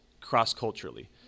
cross-culturally